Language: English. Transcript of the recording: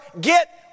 get